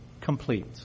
complete